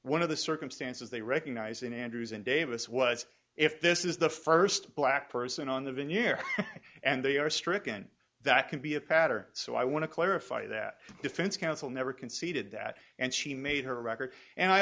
one of the circumstances they recognize in andrews and davis was if this is the first black person on the vineyard and they are stricken that can be a pattern so i want to clarify that defense counsel never conceded that and she made her record and i